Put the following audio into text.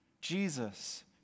Jesus